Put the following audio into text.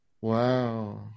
Wow